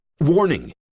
Warning